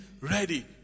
ready